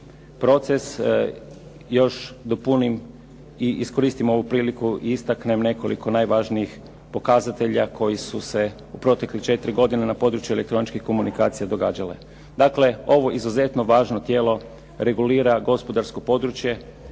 proces još dopunim i iskoristim ovu priliku i istaknem nekoliko najvažnijih pokazatelja koji su se u proteklih četiri godine na području elektroničkih komunikacija događale. Dakle, ovo izuzetno važno tijelo regulira gospodarsko područje